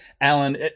Alan